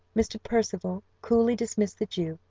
mr. percival coolly dismissed the jew,